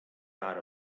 dot